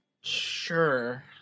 Sure